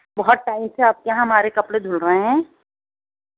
بہت ٹائم سے آپ کے یہاں ہمارے کپڑے دھل رہے ہیں